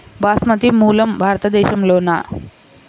బాస్మతి మూలం భారతదేశంలోనా?